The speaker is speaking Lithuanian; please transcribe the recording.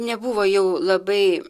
nebuvo jau labai